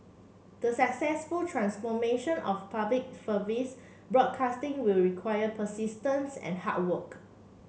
the successful transformation of Public Service broadcasting will require persistence and hard work